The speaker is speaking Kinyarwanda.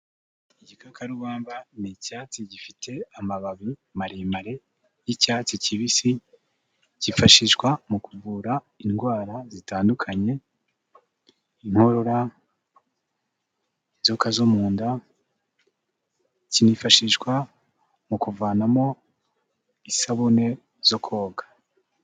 Igikakarubamba ni icyatsi gifite amababi maremare y'icyatsi kibisi, cyifashishwa mu kuvura indwara zitandukanye, inkorora, inzoka zo mu nda, kinifashishwa mu kuvanamo isabune zo koga.